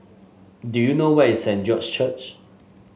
do you know where is Saint George's Church